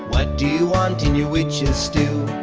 what do you want in your witch's stew?